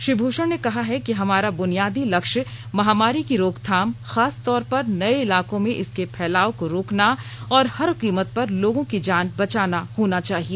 श्री भूषण ने कहा है कि हमारा बूनियादी लक्ष्य महामारी की रोकथाम खास तौर पर नये इलाकों में इसके फैलाव को रोकना और हर कीमत पर लोगों की जान बचाना होना चाहिए